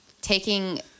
taking